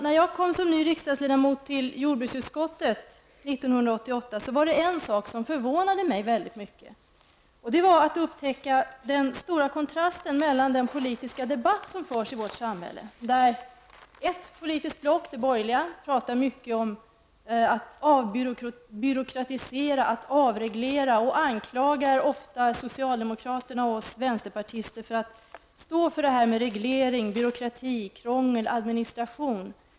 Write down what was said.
När jag kom som ny riksdagsledamot till jordbruksutskottet 1988 var det en sak som förvånade mig mycket. Det var den stora kontrasten mellan den politiska debatt som förs i vårt samhälle, där ett politiskt block, det borgerliga, talar mycket om att avbyråkratisera och avreglera och ofta anklagar socialdemokraterna och oss vänsterpartister för att stå för reglering, byråkrati, krångel och administration.